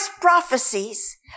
prophecies